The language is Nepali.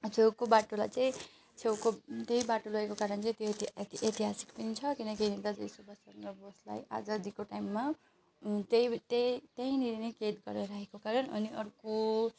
छेउको बाटोलाई चाहिँ छेउको त्यही बाटो लगेको कारण चाहिँ त्यत्ति एत ऐतिहासिक पनि छ किनकि दाजु यो नेताजी सुभाषचन्द्र बोसलाई आजादीको टाइममा त्यही त्यही त्यहीँनिर नै कैद गरेर राखेको कारण अनि अर्को